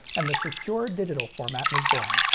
and the secure digital format was born.